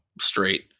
straight